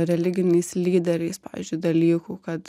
religiniais lyderiais pavyzdžiui dalykų kad